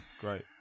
great